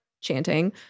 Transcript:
Chanting